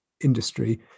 industry